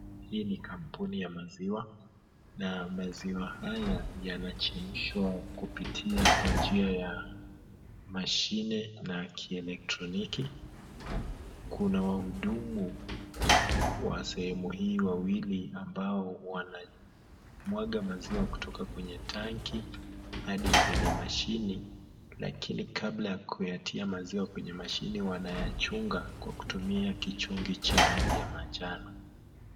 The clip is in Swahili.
Hii ni kampuni ya maziwa na maziwa haya yanachemshwa kupitia kwa njia ya mashine ya kielektroniki. Kuna wahudumu wa sehemu hii wawili ambao wanamwaga maziwa kutoka kwenye tanki hadi kwenye mashine lakini kabla ya kuyatia maziwa kwenye mashine wanayachunga kwa kutumia kichungi cha rangi ya majano.